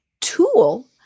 tool